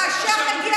אף אחד לא רצה אותך,